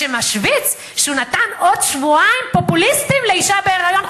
שמשוויץ שהוא נתן עוד שבועיים פופוליסטיים לאשה בהיריון,